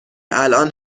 الان